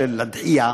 של הדחייה,